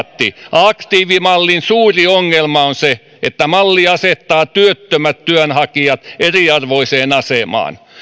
aktiivimallin suuri ongelma on se että malli asettaa työttömät työnhakijat eriarvoiseen asemaan